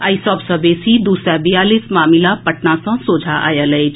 आई सभ सँ बेसी दू सय बयालीस मामिला पटना सँ सोझा आएल अछि